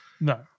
No